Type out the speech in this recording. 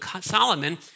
Solomon